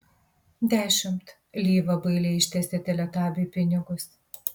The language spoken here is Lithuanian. dešimt lyva bailiai ištiesė teletabiui pinigus